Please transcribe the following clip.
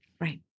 Right